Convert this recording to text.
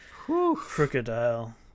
crocodile